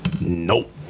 Nope